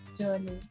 journey